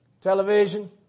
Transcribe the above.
Television